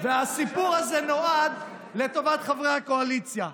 והסיפור הזה נועד לטובת חברי הקואליציה.